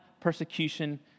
persecution